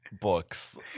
books